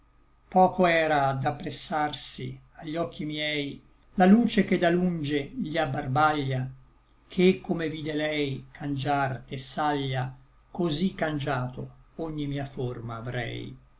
poco era ad appressarsi agli occhi miei la luce che da lunge gli abbarbaglia che come vide lei cangiar thesaglia cosí cangiato ogni mia forma avrei